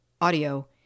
audio